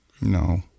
No